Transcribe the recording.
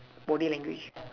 body language